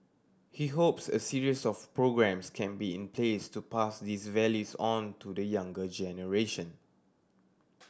he hopes a series of programmes can be in place to pass these values on to the younger generation